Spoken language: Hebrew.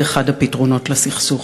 זה אחד הפתרונות לסכסוך.